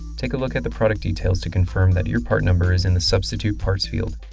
take a look at the product details to confirm that your part number is in the substitute parts field.